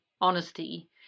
honesty